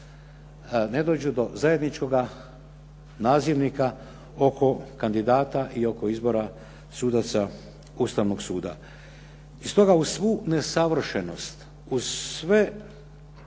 ne dođu do zajedničkoga nazivnika oko kandidata i oko izbora sudaca Ustavnog suda. Stoga, uz svu nesavršenost, uz sve